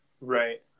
Right